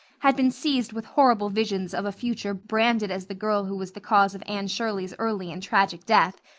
had been seized with horrible visions of a future branded as the girl who was the cause of anne shirley's early and tragic death,